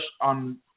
on